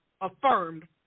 affirmed